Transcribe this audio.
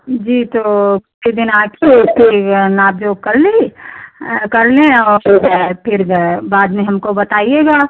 जी तो किसी दिन आकर फिर नाप जोख कर लीही कर लें और फिर बाद में हमको बताइएगा